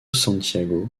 santiago